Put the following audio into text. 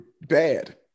bad